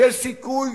זה סיכוי